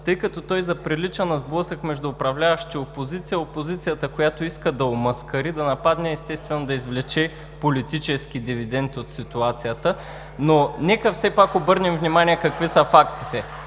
тъй като той заприлича на сблъсък между управляващи и опозиция. Опозицията, която иска да омаскари, да нападне, естествено да извлече политически дивидент от ситуацията. Но нека все пак обърнем внимание какви са фактите,